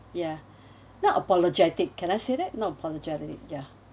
yeah not apologetic can I say that not apologetic ya